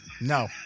No